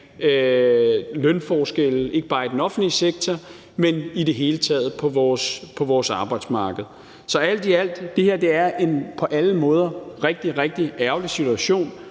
lønforskelle, ikke bare i den offentlige sektor, men i det hele taget på vores arbejdsmarked. Alt i alt er det her på alle måder en rigtig, rigtig ærgerlig situation,